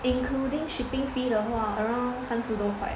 including shipping fee 的话 around 三十多块